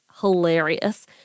hilarious